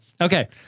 okay